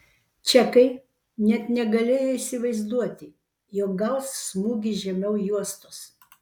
čekai net negalėjo įsivaizduoti jog gaus smūgį žemiau juostos